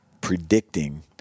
predicting